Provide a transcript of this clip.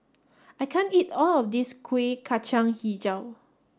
I can't eat all of this Kuih Kacang Hijau